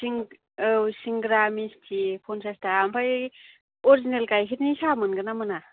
सिं औ सिंग्रा मिस्थि फनसासथा ओमफ्राय अरजिनेल गाइखेरनि साहा मोनगोन ना मोना